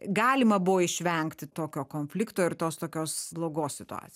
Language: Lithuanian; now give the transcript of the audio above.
galima buvo išvengti tokio konflikto ir tos tokios blogos situac